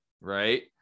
right